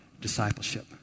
discipleship